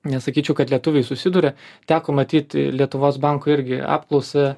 nesakyčiau kad lietuviai susiduria teko matyt lietuvos banko irgi apklausą